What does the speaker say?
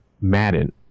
Madden